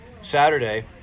Saturday